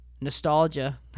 nostalgia